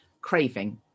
craving